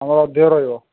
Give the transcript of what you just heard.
ହଁ ଅଧିକ ରହିବ